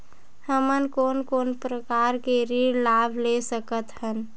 हमन कोन कोन प्रकार के ऋण लाभ ले सकत हन?